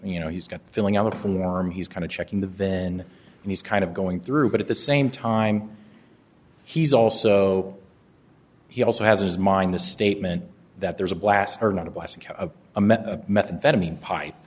you know he's got filling out a form he's kind of checking the vin and he's kind of going through but at the same time he's also he also has his mind the statement that there's a blast